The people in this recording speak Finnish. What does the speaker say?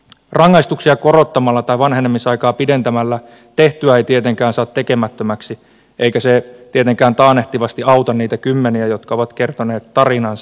rangaistuksia korottamalla tai vanhenemisaikaa pidentämällä tehtyä ei tietenkään saa tekemättömäksi eikä se tietenkään taannehtivasti auta niitä kymmeniä jotka ovat kertoneet tarinansa